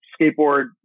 skateboard